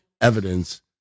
evidence